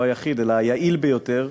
לא היחיד אלא היעיל ביותר,